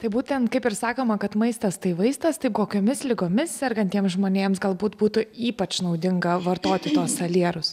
tai būtent kaip ir sakoma kad maistas tai vaistas tai kokiomis ligomis sergantiems žmonėms galbūt būtų ypač naudinga vartoti tuos salierus